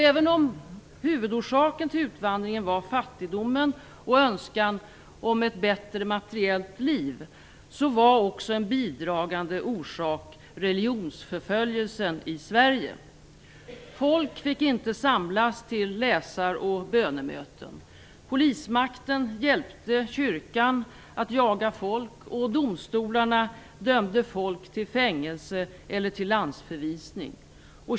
Även om huvudorsaken till utvandringen var fattigdom och önskan om ett bättre materiellt liv, var religionsförföljelsen i Sverige också en bidragande orsak. Folk fick inte samlas till läsar och bönemöten. Polismakten hjälpte kyrkan att jaga folk, och domstolarna dömde folk till fängelse eller till landsförvisning.